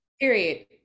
Period